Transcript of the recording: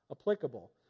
applicable